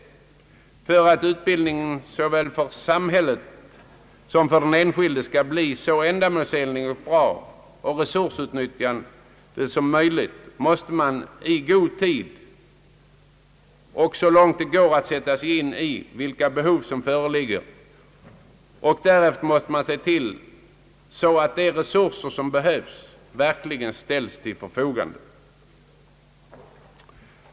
För att utbildningen såväl för samhället som för den enskilde skall bli så ändamålsenlig och bra och resursutnyttjande som möjligt måste man i god tid och så långt det går sätta sig in i vilka behov som föreligger. Därefter måste man se till att de resurser som behövs verkligen ställs till förfogande.